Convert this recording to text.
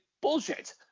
bullshit